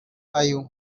ayew